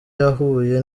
yahuye